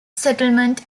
settlement